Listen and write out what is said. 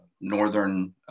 Northern